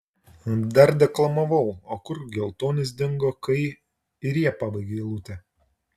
dar deklamavau o kur geltonis dingo kai ir jie pabaigė eilutę